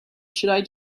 should